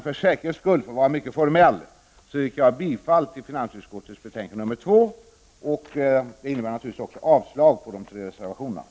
För säkerhets skull, för att vara formell, yrkar jag bifall till hemställan i finansutskottets betänkande nr 2, vilket innebär avslag på de tre reservationerna.